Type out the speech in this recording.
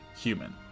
human